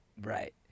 right